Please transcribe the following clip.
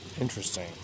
Interesting